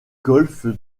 golfe